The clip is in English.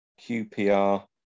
QPR